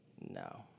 No